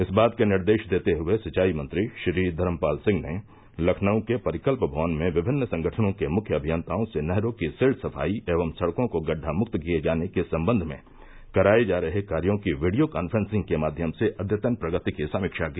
इस बात के निर्देश देते हुये सिंचाई मंत्री श्री धर्मपाल सिंह ने लखनऊ के परिकल्प भवन में विभिन्न संगठनों के मुख्य अभियन्ताओं से नहरों की सिल्ट सफाई एवं सड़कों को गड़द्वा मुक्त किए जाने के संबंध में कराये जा रहे कायों की वीडियों कॉन्फ्रेसिंग के माध्यम से अध्यतन प्रगति की समीक्षा की